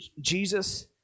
Jesus